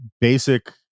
basic